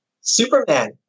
Superman